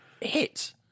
hit